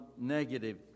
negative